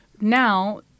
now